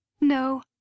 No